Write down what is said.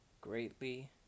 greatly